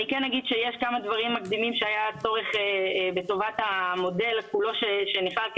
אני כן אגיד שיש כמה דברים מקדימים שהיה צורך בטובת המודל כולו שהופעל,